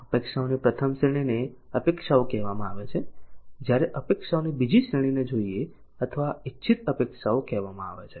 અપેક્ષાઓની પ્રથમ શ્રેણીને અપેક્ષાઓ કહેવામાં આવે છે જ્યારે અપેક્ષાઓની બીજી શ્રેણીને જોઈએ અથવા ઇચ્છિત અપેક્ષાઓ કહેવામાં આવે છે